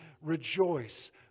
rejoice